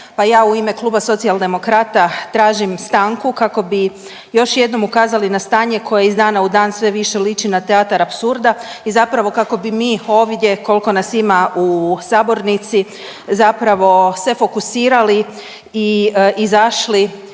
Pa ja u ime kluba Socijaldemokrata tražim stanku kako bi još jednom ukazali na stanje koje je iz dana u dan sve više liči na teatar apsurda i zapravo kako bi mi ovdje koliko nas ima u sabornici, zapravo se fokusirali i izašli